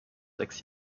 sechs